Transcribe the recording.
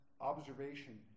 observation